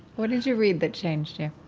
what did you read that changed you?